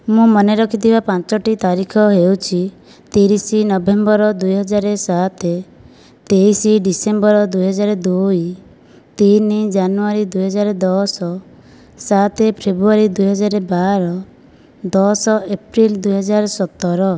ମୁଁ ମନେ ରଖିଥିବା ପାଞ୍ଚୋଟି ତାରିଖ ହେଉଛି ତିରିଶ ନଭେମ୍ବର ଦୁଇହଜାର ସାତ ତେଇଶ ଡିସେମ୍ବର ଦୁଇ ହଜାର ଦୁଇ ତିନି ଜାନୁୟାରୀ ଦୁଇ ହଜାର ଦଶ ସାତ ଫେବୃଆରୀ ଦୁଇ ହଜାର ବାର ଦଶ ଏପ୍ରିଲ ଦୁଇ ହଜାର ସତର